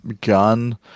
gun